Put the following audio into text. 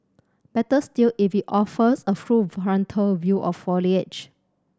better still if it offers a full frontal view of foliage